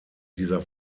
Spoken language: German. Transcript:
dieser